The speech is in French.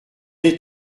est